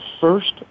first